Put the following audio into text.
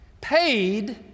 paid